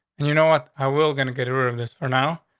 and you know what? i will going to get rid of this for now,